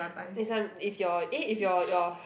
next time if your eh if your your